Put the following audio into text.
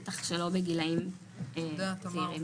בטח שלא בגילאים צעירים.